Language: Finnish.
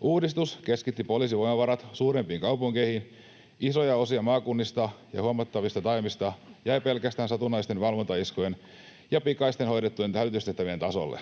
Uudistus keskitti poliisin voimavarat suurempiin kaupunkeihin. Isoja osia maakunnista ja huomattavista taajamista jäi pelkästään satunnaisten valvontaiskujen ja pikaisesti hoidettujen hälytystehtävien tasolle.